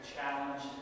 challenge